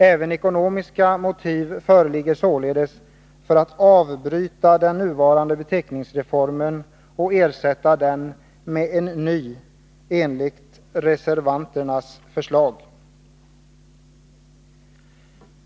Även ekonomiska motiv föreligger således för att avbryta den pågående beteckningsreformen och ersätta den med en ny enligt reservanternas förslag.